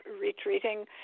retreating